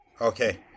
Okay